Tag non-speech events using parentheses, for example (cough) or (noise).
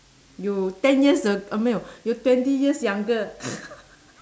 you ten years a~ uh 没有 you twenty years younger (laughs)